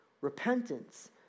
repentance